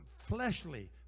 fleshly